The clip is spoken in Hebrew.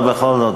אבל בכל זאת,